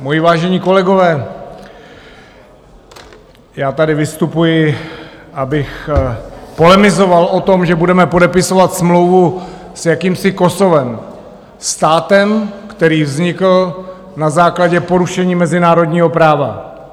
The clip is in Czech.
Moji vážení kolegové, já tady vystupuji, abych polemizoval o tom, že budeme podepisovat smlouvu s jakýmsi Kosovem, státem, který vznikl na základě porušení mezinárodního práva.